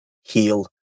heal